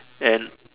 and